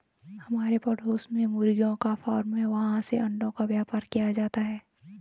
हमारे पड़ोस में मुर्गियों का फार्म है, वहाँ से अंडों का व्यापार किया जाता है